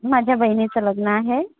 माझ्या बहिणीचं लग्न आहे